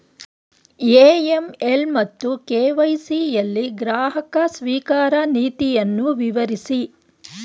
AML ಮತ್ತು KYC ಯಲ್ಲಿ ಗ್ರಾಹಕ ಸ್ವೀಕಾರ ನೀತಿಯನ್ನು ವಿವರಿಸಿ?